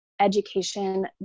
education